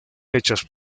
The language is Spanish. hechas